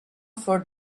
for